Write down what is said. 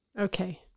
Okay